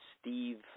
Steve